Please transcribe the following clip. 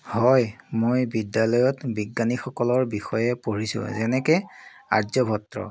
হয় মই বিদ্যালয়ত বিজ্ঞানীসকলৰ বিষয়ে পঢ়িছোঁ যেনেকৈ আৰ্যভট্ট